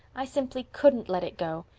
i simply couldn't let it go.